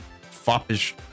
foppish